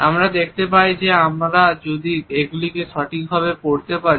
আমরা দেখতে পাই যে আমরা যদি এইগুলিকে সঠিকভাবে পড়তে পারি